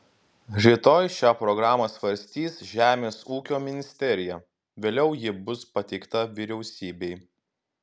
rytoj šią programą svarstys žemės ūkio ministerija vėliau ji bus pateikta vyriausybei